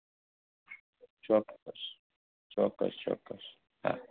ચોક્કસ ચોક્કસ ચોક્કસ હા